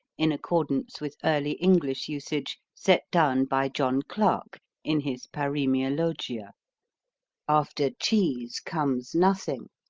in accordance with early english usage set down by john clarke in his paroemiologia after cheese comes nothing.